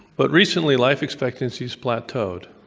but recently life expectancies plateaued.